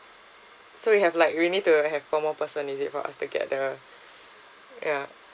so we have like we need to have four more person is it for us to get the ya